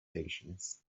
patience